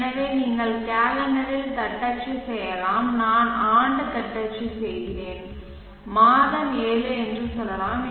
எனவே நீங்கள் காலெண்டரில் தட்டச்சு செய்யலாம் நான் ஆண்டு தட்டச்சு செய்கிறேன் மாதம் 07 என்று சொல்லலாம்